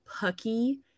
Pucky